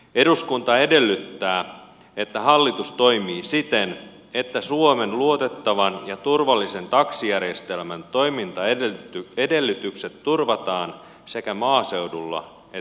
eduskunta edellyttää että hallitus toimii siten että suomen luotettavan ja turvallisen taksijärjestelmän toimintaedellytykset turvataan sekä maaseudulla että kaupungissa